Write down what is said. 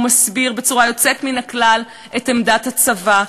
ומסביר בצורה יוצאת מן הכלל את עמדת הצבא,